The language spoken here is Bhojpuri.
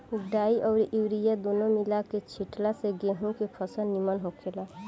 डाई अउरी यूरिया दूनो मिला के छिटला से गेंहू के फसल निमन होखेला